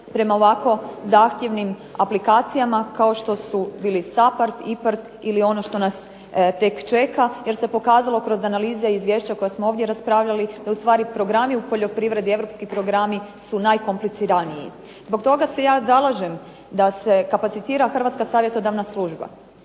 prema ovako zahtjevnim aplikacijama kao što su bili SAPARD, IPARD ili ono što nas tek čeka jer se pokazalo kroz analize i izvješća koja smo ovdje raspravljali da u stvari programi u poljoprivredi, europski programi su najkompliciraniji. Zbog toga se ja zalažem da se kapacitira Hrvatska savjetodavna služba,